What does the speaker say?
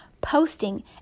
posting